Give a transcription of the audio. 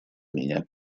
меня